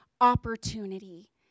opportunity